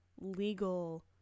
legal